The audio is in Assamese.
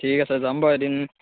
ঠিক আছে যাম বাৰু এদিন